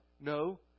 No